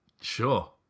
Sure